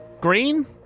green